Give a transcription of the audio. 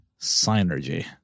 Synergy